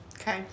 Okay